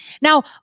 Now